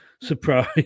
surprise